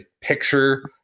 picture